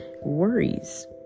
worries